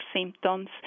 symptoms